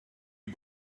you